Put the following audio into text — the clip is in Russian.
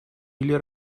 или